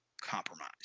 compromise